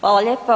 Hvala lijepa.